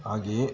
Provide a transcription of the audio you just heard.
ಹಾಗೆಯೇ